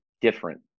different